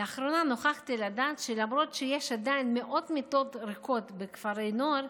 לאחרונה נוכחתי לדעת שלמרות שיש עדיין מאות מיטות ריקות בכפרי הנוער,